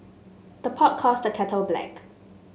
the pot calls the kettle black